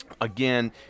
again